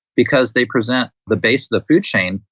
because they present the base of the food chain,